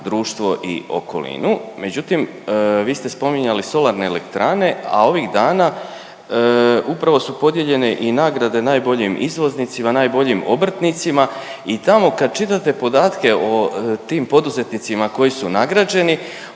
društvo i okolinu, međutim vi ste spominjali solarne elektrane, a ovih dana upravo su podijeljene i nagrade najboljim izvoznicima, najboljim obrtnicima i tamo kad čitate podatke o tim poduzetnicima koji su nagrađeni,